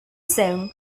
song